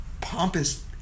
pompous